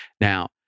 Now